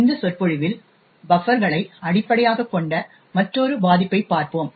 இந்த சொற்பொழிவில் பஃப்பர்களை அடிப்படையாகக் கொண்ட மற்றொரு பாதிப்பைப் பார்ப்போம்